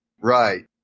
Right